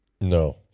No